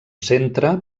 centre